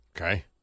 Okay